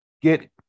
get